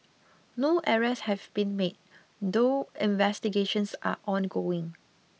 no arrests have been made though investigations are ongoing